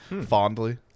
Fondly